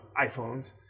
iPhones